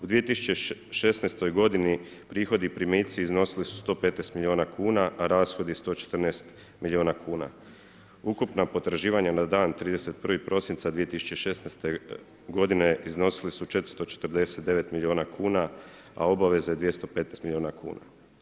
U 2016. godini prihodi i primici iznosili su 115 milijuna kuna, a rashodi 114 milijuna kuna. ukupna potraživanja na dan 31. prosinca 2016. godine iznosili su 449 milijuna kuna, a obaveze 215 milijuna kuna.